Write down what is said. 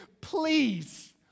please